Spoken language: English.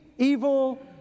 evil